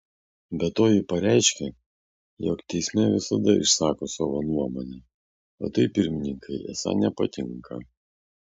be to ji pareiškė jog teisme visada išsako savo nuomonę o tai pirmininkei esą nepatinka